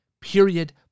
Period